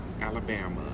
Alabama